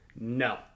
No